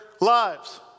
lives